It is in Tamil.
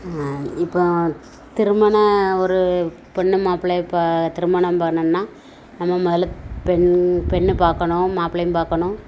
இப்போ திருமண ஒரு பொண்ணு மாப்பிளையை இப்போ திருமணம் பண்ணுன்னா நம்ம முதல்ல பெண் பெண்ண பார்க்கணும் மாப்பிளையும் பார்க்கணும்